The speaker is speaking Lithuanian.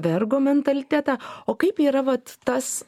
vergo mentalitetą o kaip yra vat tas